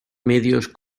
medios